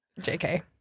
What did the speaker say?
JK